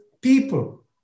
people